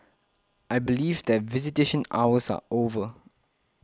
I believe that visitation hours are over